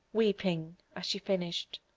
weeping, as she finished.